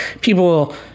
people